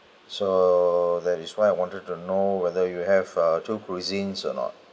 so that is why I wanted to know whether you have uh two cuisines or not